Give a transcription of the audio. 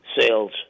sales